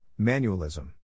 Manualism